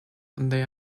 they